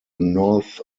north